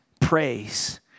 praise